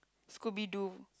Scooby-Doo